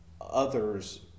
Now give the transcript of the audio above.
others